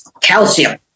Calcium